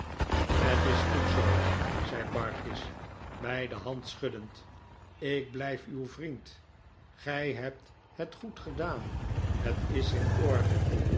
het is goed zoo zei barkis mij de hand schuddend ik blijf uw vriend gij hebt het goed gedaan het is in orde